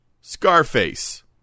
scarface